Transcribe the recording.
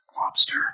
Lobster